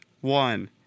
one